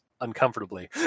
uncomfortably